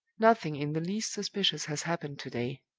nothing in the least suspicious has happened to-day.